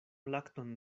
lakton